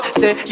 say